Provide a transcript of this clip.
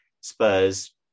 Spurs